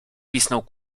pisnął